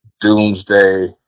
doomsday